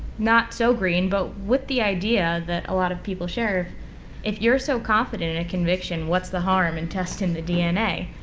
not so green but with the idea that a lot of people share of if you're so confident in a conviction what's the harm in testing the dna?